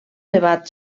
debat